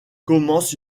commence